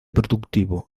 productivo